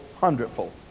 hundredfold